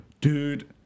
Dude